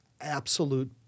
absolute